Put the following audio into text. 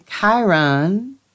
Chiron